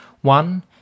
One